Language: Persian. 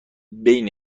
بین